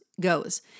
goes